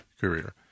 career